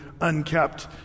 unkept